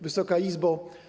Wysoka Izbo!